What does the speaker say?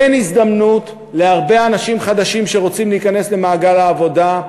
אין הזדמנות להרבה אנשים חדשים שרוצים להיכנס למעגל העבודה.